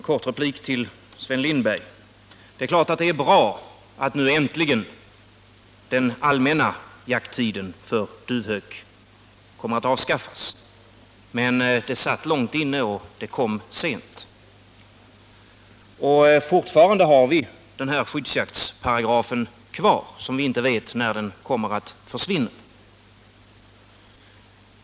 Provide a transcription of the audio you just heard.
Herr talman! Det är klart att det är bra att den allmänna jakttiden för duvhök nu kommer att avskaffas. Men det satt långt inne och beslutet kom sent. Fortfarande har vi kvar skyddsjaktsparagrafen, och vi vet inte när den kommer att försvinna.